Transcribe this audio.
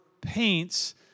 paints